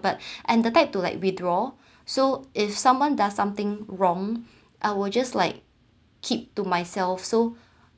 but I'm the type to like withdraw so if someone does something wrong I will just like keep to myself so